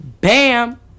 bam